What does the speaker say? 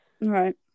Right